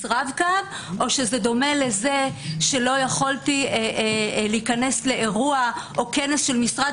רב קו או דומה לזה שלא יכולתי להיכנס לאירוע או כנס של משרד